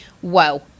Whoa